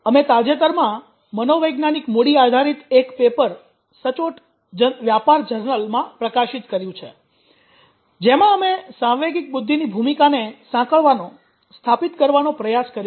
અમે તાજેતરમાં મનોવૈજ્ઞાનિક મૂડી આધારિત એક પેપર સચોટ વ્યાપાર જર્નલ માં પ્રકાશિત કર્યું છે જેમાં અમે સાંવેગિક બુદ્ધિની ભૂમિકાને સાંકળવાનો સ્થાપિત કરવાનો પ્રયાસ કર્યો હતો